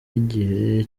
igihe